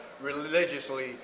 religiously